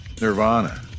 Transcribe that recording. Nirvana